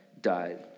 died